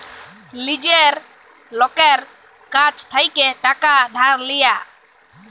লীজের লকের কাছ থ্যাইকে টাকা ধার লিয়া